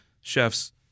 chefs